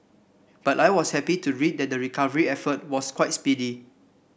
but I was happy to read that the recovery effort was quite speedy